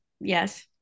Yes